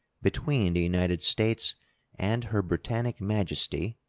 between the united states and her britannic majesty,